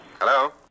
Hello